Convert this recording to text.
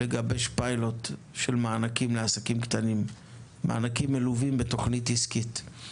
לגבש פיילוט של מענקים מלווים בתכנית עסקית לעסקים קטנים.